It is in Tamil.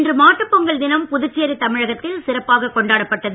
இன்று மாட்டுப்பொங்கல் தினம் புதுச்சேரி தமிழகத்தில் சிறப்பாகக் கொண்டாடப்பட்டது